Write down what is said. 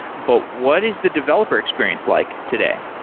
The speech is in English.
but what is the developer experience like today?